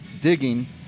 digging